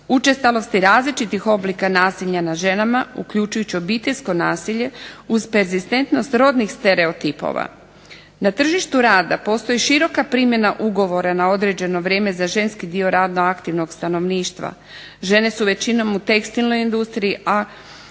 učestalosti različitih oblika nasilja nad ženama uključujući obiteljsko nasilje uz perzistentnost rodnih stereotipova. Na tržištu rada postoji široka primjena ugovora na određeno vrijeme za ženski dio radno aktivnog stanovništva, žene su većinom u tekstilnoj industriji a